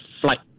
flight